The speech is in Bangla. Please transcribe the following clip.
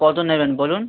কতো নেবেন বলুন